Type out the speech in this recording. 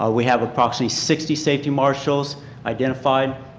ah we have a proximally sixty safety marshals identified.